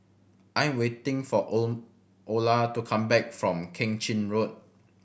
I am waiting for O Olar to come back from Keng Chin Road